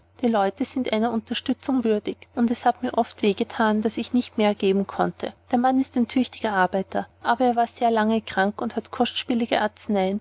die leute sind einer unterstützung würdig und es hat mir oft weh gethan daß ich nicht mehr geben konnte der mann ist ein tüchtiger arbeiter aber nun war er lange krank und hat kostspielige arzneien